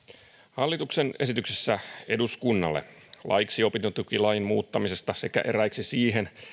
hallituksen esityksessä eduskunnalle laiksi opintotukilain muuttamisesta sekä eräiksi siihen